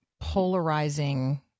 polarizing